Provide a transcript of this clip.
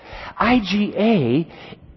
IGA